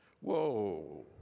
Whoa